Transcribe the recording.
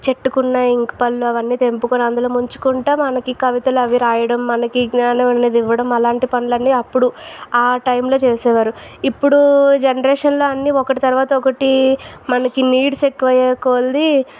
చెట్టుకున్న ఇంకు పెన్లవన్నీ తెంపుకోని అందులో ముంచుకుంటూ మనకు కవితలు అవి రాయడం మనకి విజ్ఞానం అనేది ఇవ్వడం అలాంటి పనులు అన్నీ అప్పుడు ఆ టైంలో చేసేవారు ఇప్పుడు జనరేషన్లో అన్ని ఒకటి తర్వాత ఒకటి మనకు నీడ్స్ ఎక్కువ అయ్యే కొలది